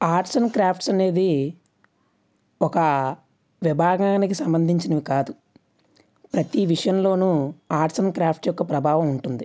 arts and crafts అనేది ఒక విభాగానికి సంబంధించింది కాదు ప్రఠి విషయంలోను ఆర్ట్స్ అండ్ క్రాఫ్ట్స్ యొక్క ప్రభావం ఉంటుంది